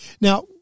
Now